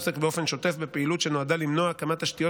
שעוסק באופן שוטף בפעילות שנועדה למנוע הקמת תשתיות